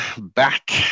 back